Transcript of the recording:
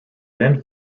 then